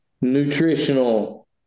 nutritional